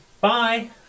Bye